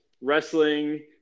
wrestling